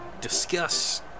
discuss